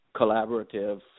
collaborative